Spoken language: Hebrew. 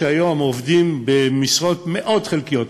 שהיום עובדים במשרות מאוד חלקיות,